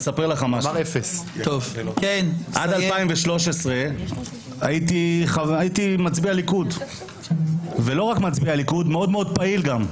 עד 2013 הייתי מצביע ליכוד, גם מאוד פעיל.